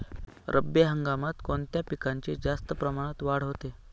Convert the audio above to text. रब्बी हंगामात कोणत्या पिकांची जास्त प्रमाणात वाढ होते?